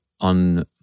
on